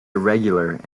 irregular